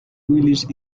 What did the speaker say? willis